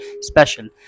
special